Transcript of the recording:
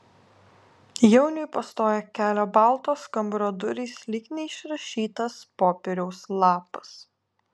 jauniui pastoja kelią baltos kambario durys lyg neišrašytas popieriaus lapas